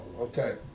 Okay